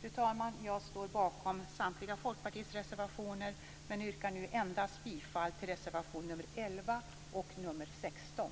Fru talman! Jag står bakom Folkpartiets samtliga reservationer men yrkar nu bifall endast till reservationerna 11 och 16.